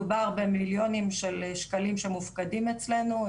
מדובר במיליונים של שקלים שמופקדים אצלנו.